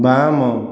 ବାମ